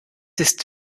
ist